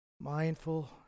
mindful